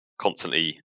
constantly